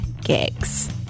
gigs